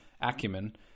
acumen